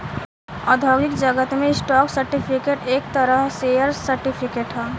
औद्योगिक जगत में स्टॉक सर्टिफिकेट एक तरह शेयर सर्टिफिकेट ह